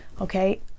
okay